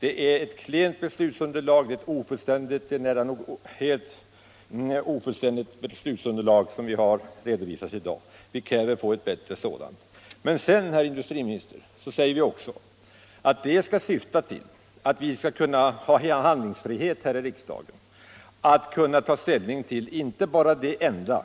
Det är ett klent beslutsunderlag — det är nära nog helt ofullständigt —- som har redovisats här i dag. Vi kräver som sagt att få ett bättre sådant. Men sedan, herr industriminister, säger vi också att det skall syfta till att riksdagen skall ha frihet att ta ställning till inte bara det enda